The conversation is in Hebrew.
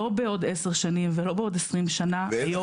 לא בעוד עשר שנים, ולא בעוד 20 שנה, היום.